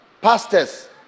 pastors